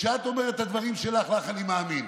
כשאת אומרת את הדברים שלך, לך אני מאמין,